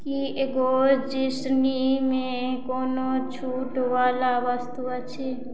कि एगोजीसनीमे कोनो छूटवला वस्तु अछि